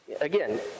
again